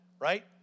right